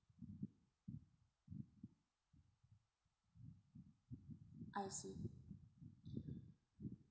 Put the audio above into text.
I see